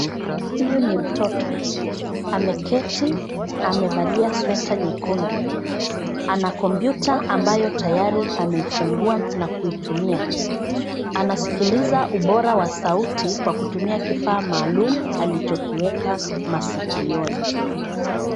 Huyu ni mtoto, ameketi, amevalia sweta nyekundu. Ana kompyuta ambayo tayari ameifungua na kuitumia. Anasikiliza ubora wa sauti kwa kutumia kifaa maalum alichokiweka masikioni.